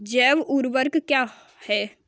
जैव ऊर्वक क्या है?